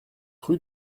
rue